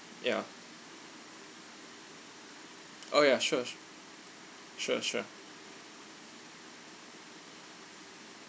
yeah oh yeah sure sure sure sure